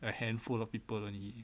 a handful of people only